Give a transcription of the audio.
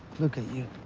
look at you.